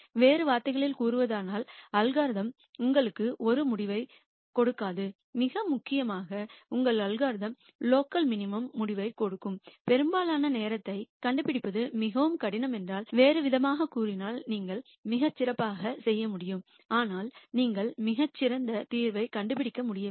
வேறு வார்த்தைகளில் கூறுவதானால் அல்காரிதம் உங்களுக்கு ஒரே முடிவைக் கொடுக்காது மிக முக்கியமாக உங்கள் அல்காரிதம் லோக்கல் மினிமம்மான முடிவைக் கொடுக்கும் பெரும்பாலான நேரத்தைக் கண்டுபிடிப்பது மிகவும் கடினம் என்றால் வேறுவிதமாகக் கூறினால் நீங்கள் மிகச் சிறப்பாக செய்ய முடியும் ஆனால் நீங்கள் மிகச் சிறந்த தீர்வைக் கண்டுபிடிக்க முடியவில்லை